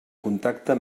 contacte